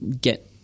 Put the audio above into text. get